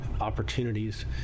opportunities